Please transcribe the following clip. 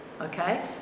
Okay